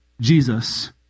Jesus